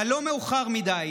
אבל לא מאוחר מדי.